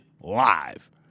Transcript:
live